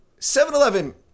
7-Eleven